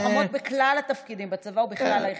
לוחמות בכלל התפקידים בצבא ובכלל היחידות.